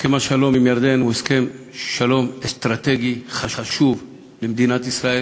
הסכם השלום עם ירדן הוא הסכם שלום אסטרטגי חשוב למדינת ישראל.